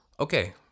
Okay